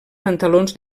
pantalons